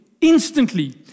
Instantly